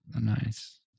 Nice